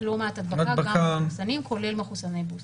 לא מעט הדבקה גם בקרב מחוסנים, כולל מחוסני בוסטר.